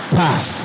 pass